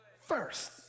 first